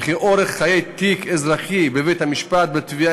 וכי אורך חיי תיק אזרחי בבית-משפט בתביעה